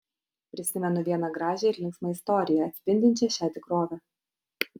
prisimenu vieną gražią ir linksmą istoriją atspindinčią šią tikrovę